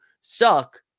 suck